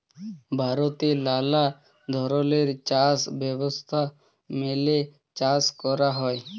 ভারতে লালা ধরলের চাষ ব্যবস্থা মেলে চাষ ক্যরা হ্যয়